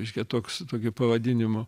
reiškia toks tokiu pavadinimu